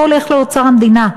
זה לא הולך לאוצר המדינה,